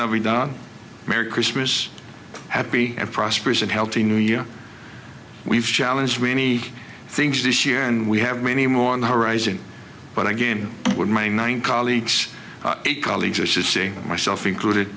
we don merry christmas happy and prosperous and healthy new year we've challenge many things this year and we have many more on the horizon but again with my nine colleagues colleagues are switching myself included